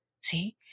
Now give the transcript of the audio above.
See